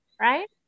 right